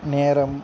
நேரம்